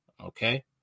Okay